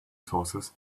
sources